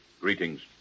greetings